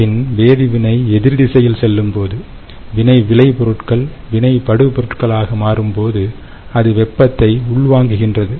பின் வேதிவினை எதிர் திசையில் செல்லும் போது வினை விளை பொருட்கள் வினைபடு பொருள்கள் ஆக மாறும் போது அது வெப்பத்தை உள்வாங்குகின்றது